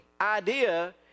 idea